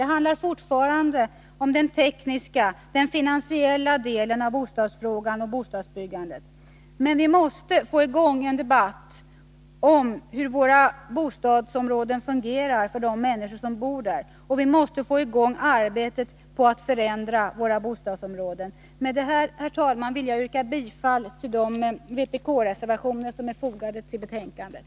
Det handlar fortfarande om den tekniska och finansiella delen av bostadsfrågan och bostadsbyggandet, men vi måste få i gång en debatt om hur våra bostadsområden fungerar för de människor som bor där, och vi måste få i gång arbetet på att förändra våra bostadsområden. Med detta, herr talman, vill jag yrka bifall till de vpk-reservationer som är fogade till betänkandet.